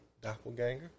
doppelganger